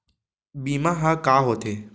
बीमा ह का होथे?